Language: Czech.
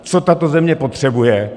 Co tato země potřebuje?